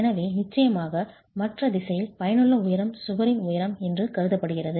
எனவே நிச்சயமாக மற்ற திசையில் பயனுள்ள உயரம் சுவரின் உயரம் என்று கருதப்படுகிறது